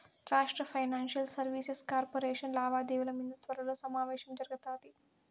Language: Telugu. రాష్ట్ర ఫైనాన్షియల్ సర్వీసెస్ కార్పొరేషన్ లావాదేవిల మింద త్వరలో సమావేశం జరగతాది